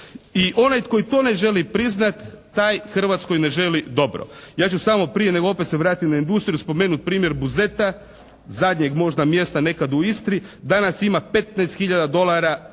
I onaj koji to ne želi priznati taj Hrvatskoj ne želi dobro. Ja ću samo prije nego opet se vratim na industrijsku spomenut primjer Buzeta, zadnjeg možda mjesta nekad u Istri, danas ima 15 hiljada